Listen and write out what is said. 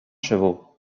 chevaux